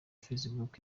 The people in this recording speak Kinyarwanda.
facebook